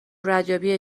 ردیابی